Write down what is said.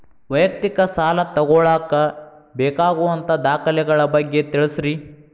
ವೈಯಕ್ತಿಕ ಸಾಲ ತಗೋಳಾಕ ಬೇಕಾಗುವಂಥ ದಾಖಲೆಗಳ ಬಗ್ಗೆ ತಿಳಸ್ರಿ